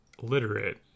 literate